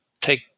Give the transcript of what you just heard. take